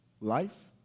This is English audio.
life